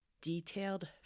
detailed